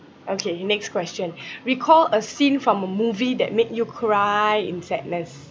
okay next question recall a scene from a movie that made you cry in sadness